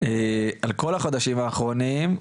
על כל החודשים האחרונים,